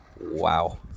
Wow